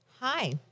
Hi